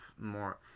more